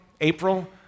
April